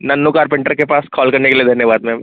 Nanhu carpenter के पास call करने के लिए धन्यवाद मैम